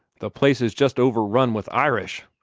the place is jest overrun with irish,